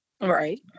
Right